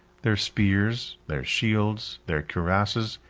their spears, their shields, their cuirasses,